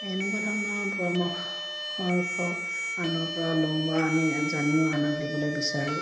এনেকুৱা ধৰণৰ পৰামৰ্শ আনৰ পৰা লওঁ বা জানিও আনক দিবলে বিচাৰোঁ